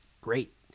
great